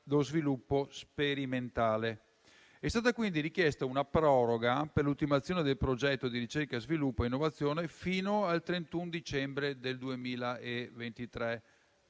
lo sviluppo sperimentale. È stata quindi richiesta una proroga per l'ultimazione del progetto di ricerca, sviluppo e innovazione fino al 31 dicembre 2023.